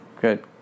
good